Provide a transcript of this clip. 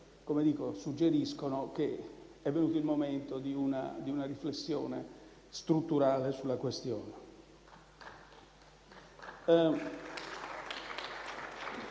chiaramente suggeriscono che è venuto il momento di una riflessione strutturale sulla questione.